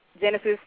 Genesis